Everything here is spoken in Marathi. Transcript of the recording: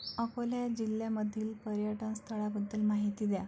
अकोल्या जिल्ह्यामधील पर्यटन स्थळाबद्दल माहिती द्या